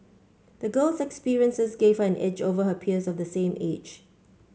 the girl's experiences gave her an edge over her peers of the same age